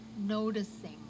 noticing